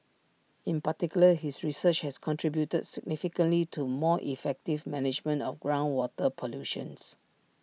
in particular his research has contributed significantly to more effective management of groundwater pollution